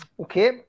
Okay